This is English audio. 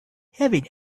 having